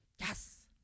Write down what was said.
Yes